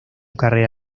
carrera